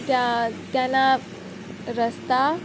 ત્યાં ત્યાંના રસ્તા